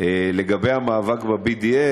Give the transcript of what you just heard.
לגבי המאבק ב-BDS,